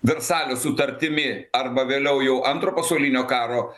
versalio sutartimi arba vėliau jau antro pasaulinio karo